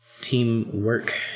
teamwork